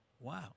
Wow